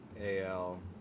AL